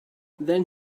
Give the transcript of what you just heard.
then